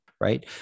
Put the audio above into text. right